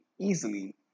easily